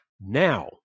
now